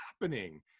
happening